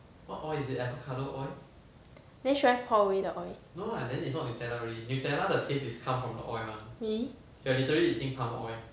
then should I pour away the oil really